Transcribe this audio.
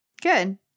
Good